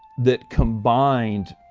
that combined,